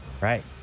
Right